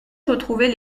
retrouvé